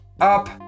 up